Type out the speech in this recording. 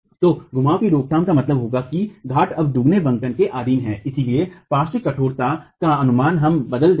तो घुमाव की रोकथाम का मतलब होगा कि घाट अब दुगने बंकन के अधीन है और इसलिए पार्श्व कठोरता का अनुमान हम बदल देंगे